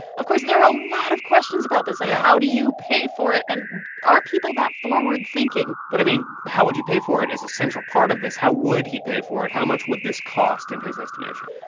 of course, there are a lot of questions about this, like, how do you pay for it? and are people that forward-thinking? but, i mean, how would you pay for it is a central part of this. how would he pay for it? how much would this cost in his estimation?